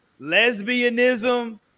lesbianism